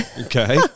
Okay